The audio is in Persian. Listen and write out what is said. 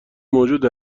موجود